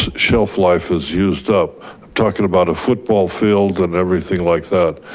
shelf life is used up. i'm talking about a football field and everything like that.